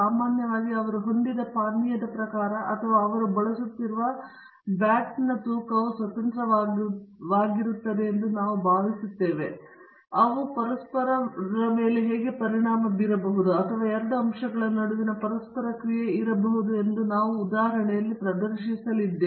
ಸಾಮಾನ್ಯವಾಗಿ ಅವರು ಹೊಂದಿದ ಪಾನೀಯದ ಪ್ರಕಾರ ಅಥವಾ ಅವರು ಬಳಸುತ್ತಿರುವ ಬ್ಯಾಟಿಯ ತೂಕವು ಸ್ವತಂತ್ರವಾಗಿರುತ್ತದೆಯೆಂದು ನಾವು ಭಾವಿಸುತ್ತೇವೆ ಆದರೆ ಅವರು ಪರಸ್ಪರರ ಮೇಲೆ ಪರಿಣಾಮ ಬೀರಬಹುದು ಅಥವಾ ಎರಡು ಅಂಶಗಳ ನಡುವಿನ ಪರಸ್ಪರ ಕ್ರಿಯೆ ಇರಬಹುದು ನಾವು ಈ ಉದಾಹರಣೆಯಲ್ಲಿ ಪ್ರದರ್ಶಿಸಲಿದ್ದೇವೆ